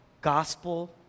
gospel